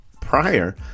prior